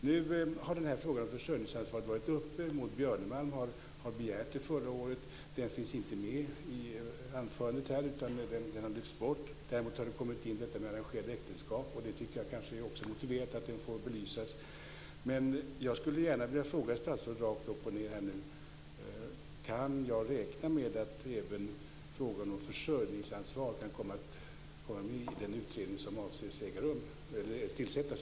Nu har frågan om försörjningsansvaret varit uppe. Maud Björnemalm tog upp frågan förra året. Den fanns inte med i anförandet. Däremot har frågan om arrangerade äktenskap kommit in. Jag tycker att det är motiverat att även den frågan får belysas. Jag skulle gärna vilja fråga statsrådet rakt upp och ned om jag kan räkna med att även frågan om försörjningsansvar kan komma med i den utredning som avses tillsättas.